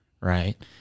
Right